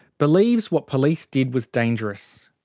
believes what police did was dangerous.